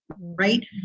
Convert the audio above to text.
Right